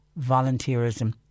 volunteerism